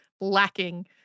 lacking